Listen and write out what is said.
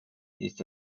its